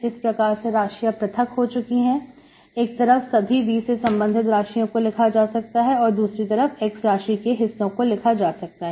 इस प्रकार से राशियां पृथक हो चुकी है एक तरफ सभी V से संबंधित राशियों को लिखा जा सकता है और दूसरी तरफ x राशि के हिससों को लिखा जा सकता है